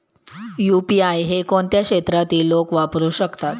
UPI हे कोणत्या क्षेत्रातील लोक वापरू शकतात?